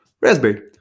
Raspberry